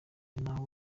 n’aho